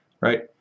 right